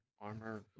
armor